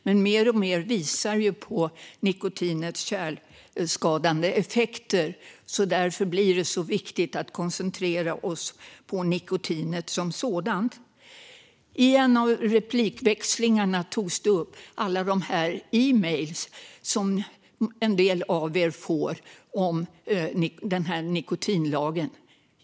Men mer och mer visar nu på nikotinets kärlskadande effekter, och därför blir det viktigt att vi koncentrerar oss på nikotinet som sådant. I en av replikväxlingarna här togs alla de email som en del av er får om nikotinlagen upp.